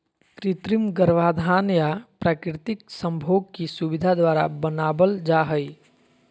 कृत्रिम गर्भाधान या प्राकृतिक संभोग की सुविधा द्वारा बनाबल जा हइ